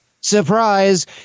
Surprise